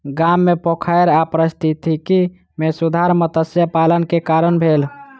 गाम मे पोखैर आ पारिस्थितिकी मे सुधार मत्स्य पालन के कारण भेल